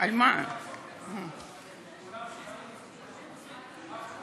אני חושבת שמכיוון